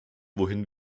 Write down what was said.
wohin